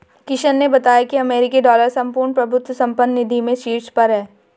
किशन ने बताया की अमेरिकी डॉलर संपूर्ण प्रभुत्व संपन्न निधि में शीर्ष पर है